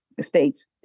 states